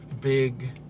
big